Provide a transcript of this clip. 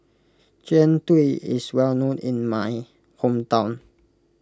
Jian Dui is well known in my hometown